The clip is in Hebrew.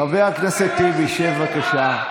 חבר הכנסת טיבי, שב, בבקשה.